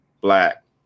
black